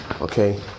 Okay